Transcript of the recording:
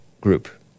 group